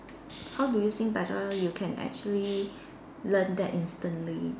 how do you sing better you can actually learn that instantly